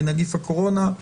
בנגיף הקורונה.